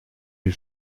les